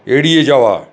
এড়িয়ে যাওয়া